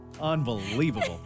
Unbelievable